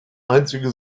einzige